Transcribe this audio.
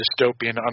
dystopian